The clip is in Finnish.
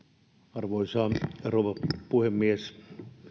arvoisa rouva puhemies